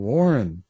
Warren